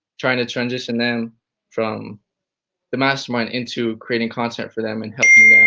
trying to transition them from the mastermind into creating content for them, and helping yeah